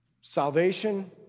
salvation